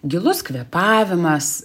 gilus kvėpavimas